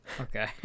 okay